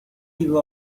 give